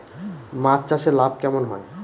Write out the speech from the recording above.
মাছ চাষে লাভ কেমন হয়?